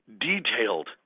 detailed